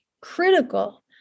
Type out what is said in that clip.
critical